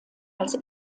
als